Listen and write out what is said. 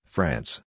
France